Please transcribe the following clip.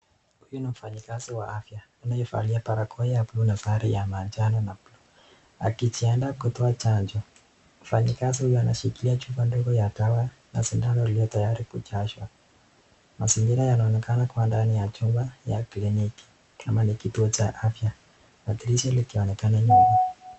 Huyu ni mfanyikazi wa afya aliyevalia barakoa ya blue na sare ya manjano na blue akijiandaa kutoa chanjo. Mfanyikazi huyo anashikilia chupa ndogo ya dawa na sindano iliyotayari kujazwa. Mazingira yanaonekana kuwa ndani ya chumba ya kliniki ama ni kitu cha afya na dirisha likionekana nyuma.